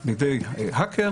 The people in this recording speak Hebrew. על ידי האקר